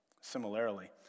Similarly